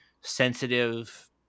sensitive